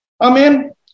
Amen